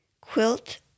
quilt